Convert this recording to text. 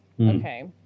Okay